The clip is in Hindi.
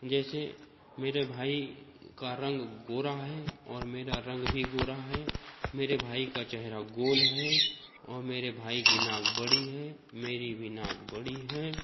जैसे मेरे भाई का रंग गोरा है और मेरा रंग भी गोरा है मेरे भाई का चेहरा गोल है और मेरे भाई कि नाक बड़ी है मेरी भी नाक बड़ी है